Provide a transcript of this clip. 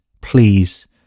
please